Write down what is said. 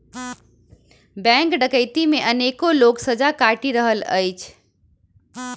bank डकैती मे अनेको लोक सजा काटि रहल अछि